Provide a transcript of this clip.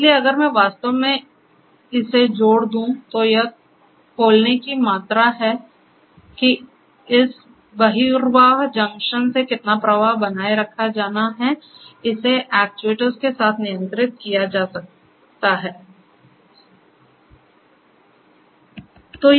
इसलिए अगर मैं वास्तव में इसे जोड़ दूं तो यह खोलने की मात्रा है कि इस बहिर्वाह जंक्शन से कितना प्रवाह बनाए रखा जाना है ऐसे एक्ट्यूएटर्स के साथ नियंत्रित किया जा सकता है